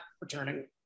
returning